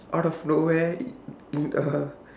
out of nowhere in uh